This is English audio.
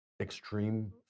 extreme